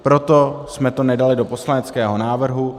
Proto jsme to nedali do poslaneckého návrhu.